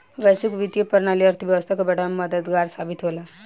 वैश्विक वित्तीय प्रणाली अर्थव्यवस्था के बढ़ावे में मददगार साबित होला